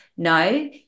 No